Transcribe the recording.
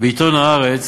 בעיתון "הארץ",